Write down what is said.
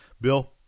Bill